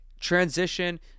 transition